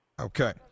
Okay